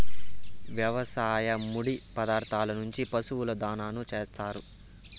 వ్యవసాయ ముడి పదార్థాల నుంచి పశువుల దాణాను చేత్తారు